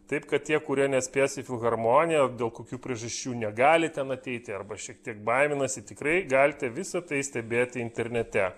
taip kad tie kurie nespės į filharmoniją dėl kokių priežasčių negalit ten ateiti arba šiek tiek baiminasi tikrai galite visa tai stebėti internete